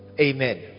Amen